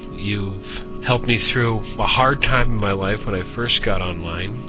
you helped me through a hard time in my life when i first got online.